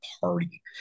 party